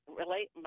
relate